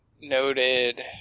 noted